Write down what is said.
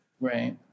Right